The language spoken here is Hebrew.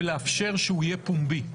ולאפשר שהוא יהיה פומבי.